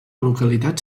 localitat